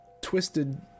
twisted